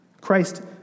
Christ